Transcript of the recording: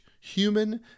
human